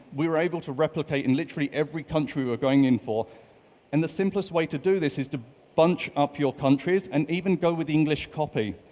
we were able to replicate in literally every country were going in for and the simplest way to do this is to bunch up your countries and even go with the english copy,